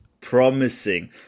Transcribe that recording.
promising